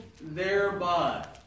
thereby